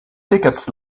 tickets